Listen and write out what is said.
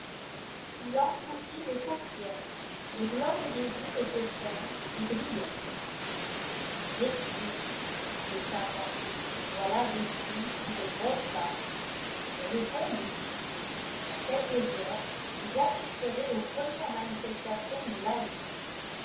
il entr'ouvrit les paupières le globe des yeux était ferme et brillant messieurs dit le savant voilà des signes qui ne trompent pas je réponds du succès dans quelques heures vous assisterez aux premières manifestations de la vie